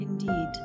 Indeed